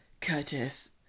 Curtis